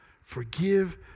Forgive